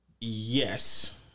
Yes